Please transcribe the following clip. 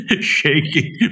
shaking